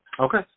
Okay